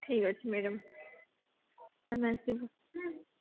ଠିକ୍ ଅଛି ମ୍ୟାଡ଼ମ୍ ଆମେ ଆସିବୁ